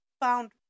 found